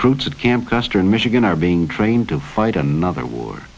groups at camp custer in michigan are being trained to fight another war